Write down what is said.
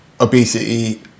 obesity